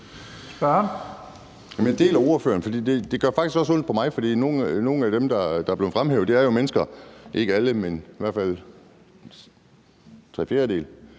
deler jeg med ordføreren, for det gør faktisk også ondt på mig. Nogle af dem, der er blevet fremhævet, er jo mennesker – ikke alle, men i hvert fald tre fjerdedele